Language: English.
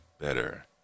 better